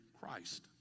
Christ